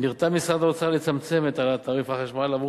נרתם משרד האוצר לצמצם את העלאת תעריף החשמל עבור